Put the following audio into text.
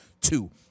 two